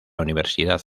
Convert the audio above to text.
universidad